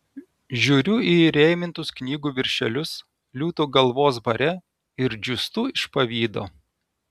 žiūriu į įrėmintus knygų viršelius liūto galvos bare ir džiūstu iš pavydo